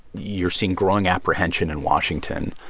you're seeing growing apprehension in washington,